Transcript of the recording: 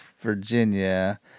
virginia